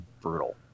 brutal